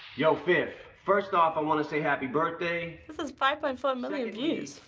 yo, fifty. first off, i wanna say happy birthday. this has five point four million views.